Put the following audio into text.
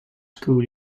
school